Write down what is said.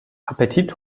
appetit